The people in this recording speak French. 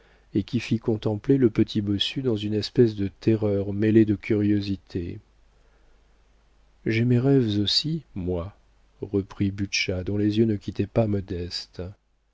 et qui fit contempler le petit bossu dans une espèce de terreur mêlée de curiosité j'ai mes rêves aussi moi reprit butscha dont les yeux ne quittaient pas modeste